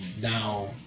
now